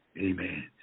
Amen